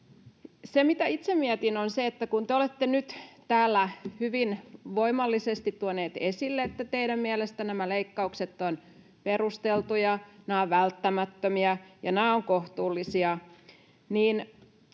Se, mitä itse mietin, on se, että kun te olette nyt täällä hyvin voimallisesti tuoneet esille, että teidän mielestänne nämä leikkaukset ovat perusteltuja, nämä ovat välttämättömiä ja nämä ovat kohtuullisia, niin